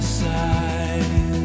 side